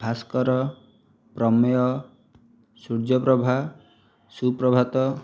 ଭାସ୍କର ପ୍ରମେୟ ସୂର୍ଯ୍ୟପ୍ରଭା ସୁପ୍ରଭାତ